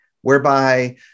whereby